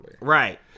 Right